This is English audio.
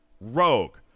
Rogue